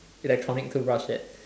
electronic toothbrush that